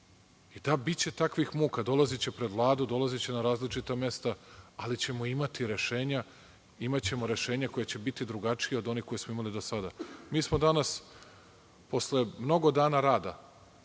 Biće takvih muka. Dolaziće pred Vladu, dolaziće na različita mesta, ali ćemo imati rešenja. Imaćemo rešenje koje će biti drugačije od onih koje smo imali do sada. Mi smo danas posle mnogo dana rada